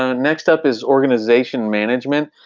ah next up is organization management.